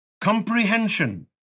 comprehension